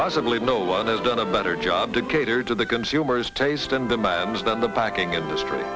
possibly no one has done a better job to cater to the consumers taste and demands than the packing industry